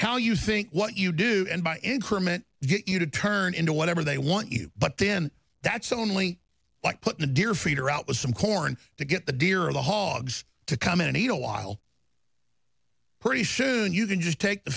how you think what you do and by increment get you to turn into whatever they want you but then that's only like putting a deer feeder out with some corn to get the deer or the hogs to come in and eat a while pretty soon you can just take the